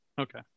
Okay